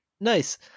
Nice